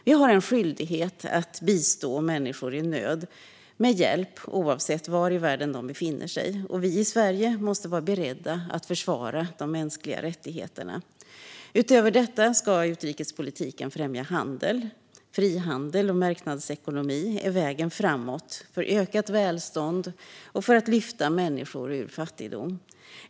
Vi har en skyldighet att bistå människor i nöd med hjälp, oavsett var i världen de befinner sig, och vi i Sverige måste vara beredda att försvara de mänskliga rättigheterna. Utöver detta ska utrikespolitiken främja handel. Frihandel och marknadsekonomi är vägen framåt för ökat välstånd och för att lyfta människor ur fattigdom.